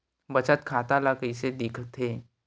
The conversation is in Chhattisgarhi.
बचत खाता ला कइसे दिखथे?